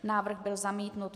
Návrh byl zamítnut.